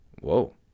Whoa